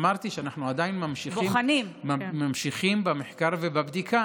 אמרתי שאנחנו עדיין ממשיכים במחקר ובבדיקה